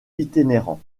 itinérant